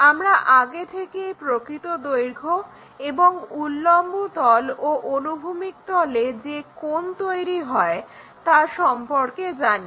আমরা আগে থেকেই প্রকৃত দৈর্ঘ্য এবং উল্লম্ব তল ও অনুভূমিক তলে যে কোণ তৈরি হয় তার সম্পর্কে জানি